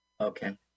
Okay